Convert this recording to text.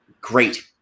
great